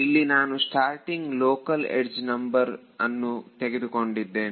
ಇಲ್ಲಿ ನಾನು starting local edge number ಅನ್ನು ತೆಗೆದುಕೊಂಡಿದ್ದೇನೆ